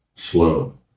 slow